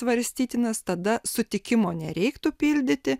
svarstytinas tada sutikimo nereiktų pildyti